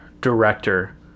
director